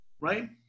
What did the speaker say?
right